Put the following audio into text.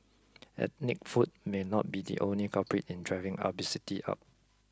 ethnic food may not be the only culprit in driving obesity up